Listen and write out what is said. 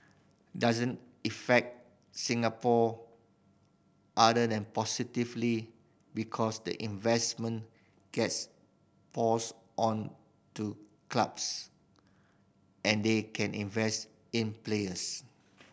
doesn't affect Singapore other than positively because the investment gets passed on to clubs and they can invest in players